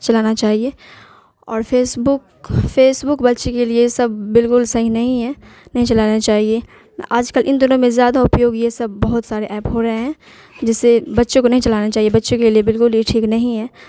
چلانا چاہیے اور فیس بک فیس بک بچے کے لیے سب بالکل صحیح نہیں ہیں نہیں چلانا چاہیے آج کل ان دنوں میں زیادہ اپیوگ یہ سب بہت سارے ایپ ہو رہے ہیں جس سے بچوں کو نہیں چلانا چاہیے بچوں کے لیے بالکل یہ ٹھیک نہیں ہیں